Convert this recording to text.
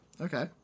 Okay